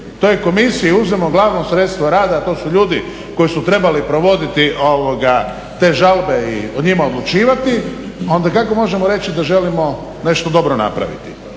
toj komisiji uzmemo glavno sredstvo rada a to su ljudi koji su trebali provoditi te žalbe i o njima odlučivati, onda kako možemo reći da želimo nešto dobro napraviti.